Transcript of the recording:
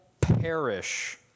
perish